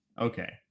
Okay